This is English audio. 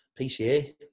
PCA